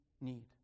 need